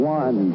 one